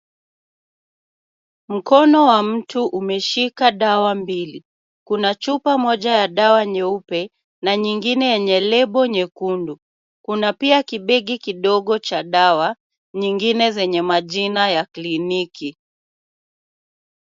Mkono wa mtu umeshika dawa mbili. Kuna chupa moja ya dawa nyeupe na nyingine yenye lebo nyekundu. Kuna pia kibegi kidogo cha dawa nyingine zenye majina ya kliniki.